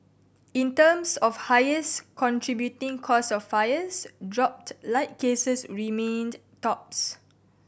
in terms of highest contributing cause of fires dropped light cases remained tops